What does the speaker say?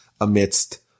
amidst